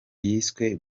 yiswe